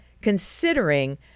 considering